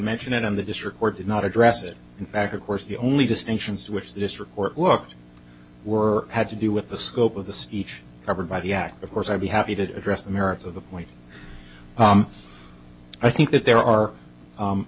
mention it in the district or did not address it in fact of course the only distinctions which this report worked were had to do with the scope of the speech covered by the act of course i'd be happy to address the merits of a point i think that there are